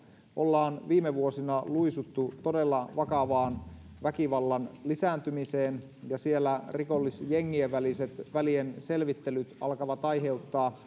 ollaan viime vuosina luisuttu todella vakavaan väkivallan lisääntymiseen ja siellä rikollisjengien väliset välienselvittelyt alkavat aiheuttaa